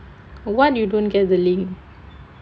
what you don't get the link